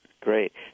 Great